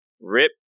Rip